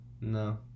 No